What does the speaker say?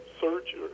search